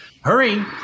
Hurry